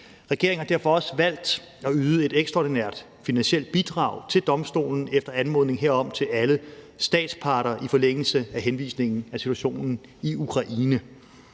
Regeringen har derfor også valgt at yde et ekstraordinært finansielt bidrag til domstolen efter anmodning herom til alle statsparter i forlængelse af henvisningen af situationen i Ukraine.